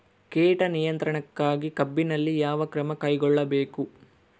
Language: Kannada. ಕೇಟ ನಿಯಂತ್ರಣಕ್ಕಾಗಿ ಕಬ್ಬಿನಲ್ಲಿ ಯಾವ ಕ್ರಮ ಕೈಗೊಳ್ಳಬೇಕು?